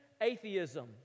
atheism